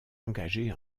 engagée